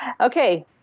Okay